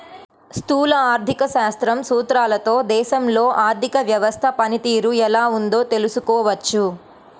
స్థూల ఆర్థిక శాస్త్రం సూత్రాలతో దేశంలో ఆర్థిక వ్యవస్థ పనితీరు ఎలా ఉందో తెలుసుకోవచ్చు